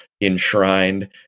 enshrined